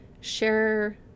share